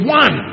one